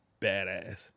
badass